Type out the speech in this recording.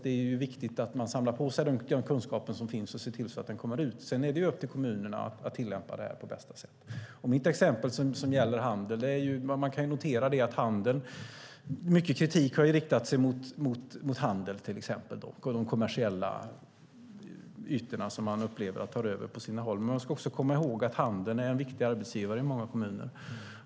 Det är viktigt att man samlar på sig den kunskap som finns och ser till att den kommer ut. Sedan är det upp till kommunerna att tillämpa det på bästa sätt. Mitt exempel gäller handel. Man kan notera att mycket kritik har riktats mot handeln. Man upplever att de kommersiella ytorna tar över på sina håll. Men man ska också komma ihåg att handeln är en viktig arbetsgivare i många kommuner.